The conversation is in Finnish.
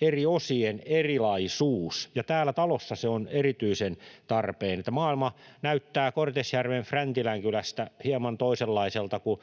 eri osien erilaisuus — täällä talossa on erityisen tarpeen tunnistaa se, että maailma näyttää Kortesjärven Fräntilän kylästä hieman toisenlaiselta kuin